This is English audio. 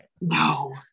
No